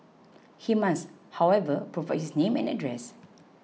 he must however provide his name and address